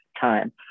time